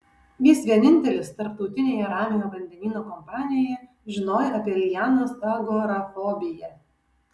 jis vienintelis tarptautinėje ramiojo vandenyno kompanijoje žinojo apie lianos agorafobiją